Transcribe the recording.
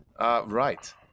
Right